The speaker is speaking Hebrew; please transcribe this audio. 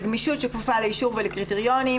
זו גמישות שכפופה לאישור ולקריטריונים.